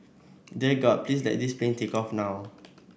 dear God please let this plane take off now